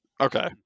Okay